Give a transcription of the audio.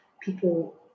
people